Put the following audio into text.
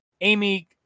Amy